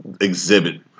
exhibit